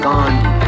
Gandhi